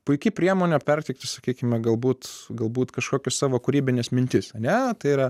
puiki priemonė perteikti sakykime galbūt galbūt kažkokius savo kūrybines mintis ne tai yra